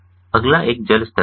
अगला एक जल स्तर है